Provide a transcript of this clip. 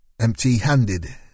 Empty-handed